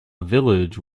village